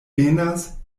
venas